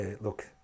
look